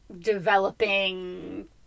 developing